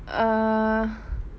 err